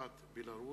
(הוספת בלרוס)